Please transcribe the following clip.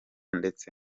ndetse